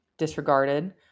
disregarded